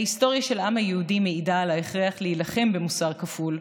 ההיסטוריה של העם היהודי מעידה על ההכרח להילחם במוסר כפול,